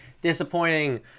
disappointing